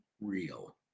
real